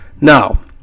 Now